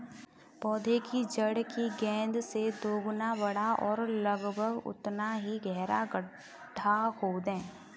पौधे की जड़ की गेंद से दोगुना बड़ा और लगभग उतना ही गहरा गड्ढा खोदें